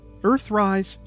Earthrise